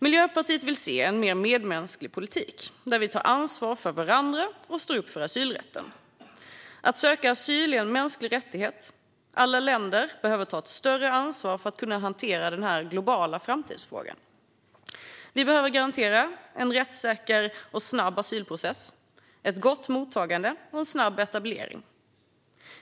Miljöpartiet vill se en mer medmänsklig politik, där vi tar ansvar för varandra och står upp för asylrätten. Att söka asyl är en mänsklig rättighet. Alla länder behöver ta ett större ansvar för att kunna hantera denna globala framtidsfråga. Vi behöver garantera en rättssäker och snabb asylprocess, ett gott mottagande och en snabb etablering.